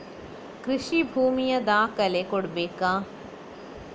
ಕೃಷಿ ಭೂಮಿಯ ದಾಖಲೆ ಕೊಡ್ಬೇಕಾ?